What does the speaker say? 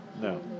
no